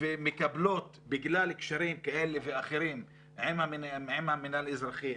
ומקבלות בגלל קשרים כאלה ואחרים עם המינהל האזרחי,